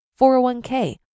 401k